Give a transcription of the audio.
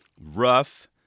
rough